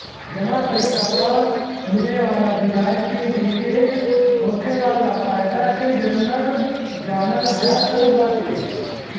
जमा पईसा पअ मिले वाला बियाज के गिन के होखे वाला फायदा के जानल जा सकत बाटे